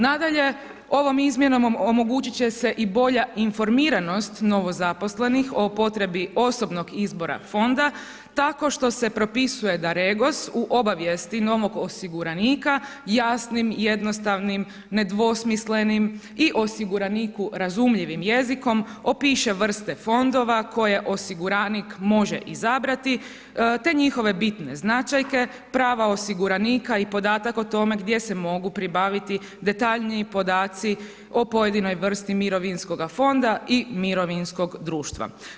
Nadalje, ovom izmjenom omogućit će se i bolja informiranost novozaposlenih o potrebi osobnog izbora fonda tako što se propisuje da REGOS u obavijesti novog osiguranika jasnim, jednostavnim, nedvosmislenim i osiguraniku razumljivim jezikom, opiše vrste fondova koje osiguranik može izabrati t njihove bitne značajke, prava osiguranika i podatak o tome gdje se mogu pribaviti detaljniji podaci o pojedinoj vrsti mirovinskog fonda i mirovinskog društva.